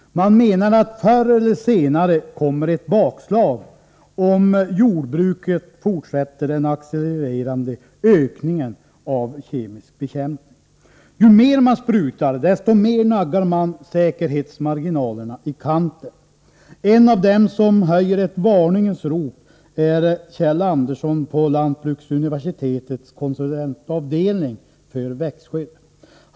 Man menar att förr eller senare kommer ett bakslag, om jordbruket fortsätter den accelererande ökningen av kemisk bekämpning. Ju mer man sprutar, desto mer naggar man säkerhetsmarginalerna i kanten. En av dem som höjer ett varningens rop är Kjell Andersson på lantbruksuniversitetets konsulentavdelning för växtskydd.